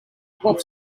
pop